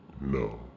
No